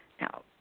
Now